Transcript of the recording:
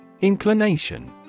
inclination